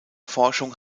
forschung